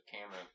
camera